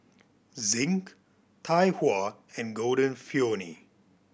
Zinc Tai Hua and Golden Peony